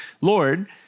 Lord